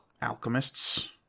Alchemists